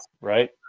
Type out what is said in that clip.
Right